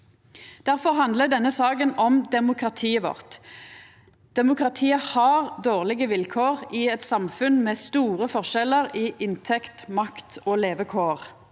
Difor handlar denne saka om demokratiet vårt. Demokratiet har dårlege vilkår i eit samfunn med store forskjellar i inntekt, makt og levekår.